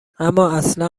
امااصلا